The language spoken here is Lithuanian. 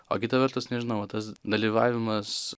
o kita vertus nežinau va tas dalyvavimas